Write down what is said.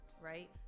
right